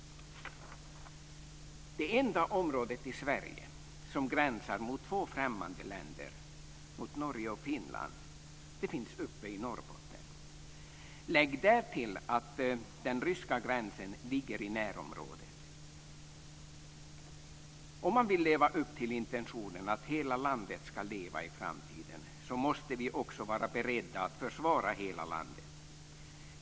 Det enda område i Sverige som gränsar till två främmande länder, Norge och Finland, finns uppe i Norbotten. Lägg därtill att den ryska gränsen ligger i närområdet. Om man vill leva upp till intentionen att hela landet ska leva i framtiden måste vi också vara beredda att försvara hela landet.